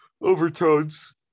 overtones